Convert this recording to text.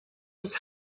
his